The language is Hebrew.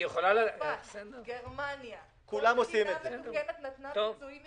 כל מדינה מתוקנת נתנה פיצויים ישירים